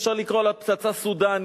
אפשר לקרוא לה פצצה סודנית,